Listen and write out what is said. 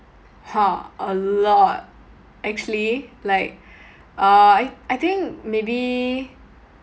!huh! a lot actually like uh I I think maybe